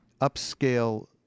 upscale